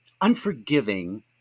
unforgiving